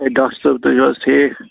A doctor صٲب تُہۍ چھُو حظ ٹھیٖک